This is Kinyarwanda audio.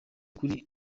kuri